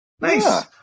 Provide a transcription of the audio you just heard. nice